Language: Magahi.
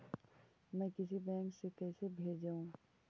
मैं किसी बैंक से कैसे भेजेऊ